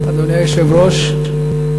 אדוני היושב-ראש,